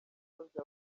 yasabye